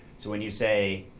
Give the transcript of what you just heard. so when you say,